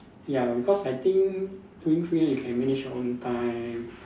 ya because I think doing freelance you can manage your own time